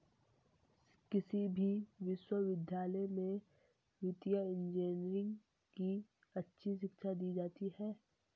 किसी भी विश्वविद्यालय में वित्तीय इन्जीनियरिंग की अच्छी शिक्षा दी जाती है